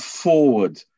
forward